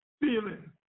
feeling